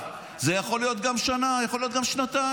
זה יכול להיות גם שנה, יכול להיות גם שנתיים.